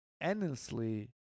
endlessly